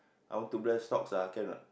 I want to bless stocks ah can or not